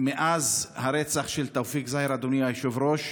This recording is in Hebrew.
מאז הרצח של תאופיק זהר, אדוני היושב-ראש,